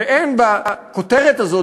שאין בכותרת הזאת,